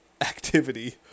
activity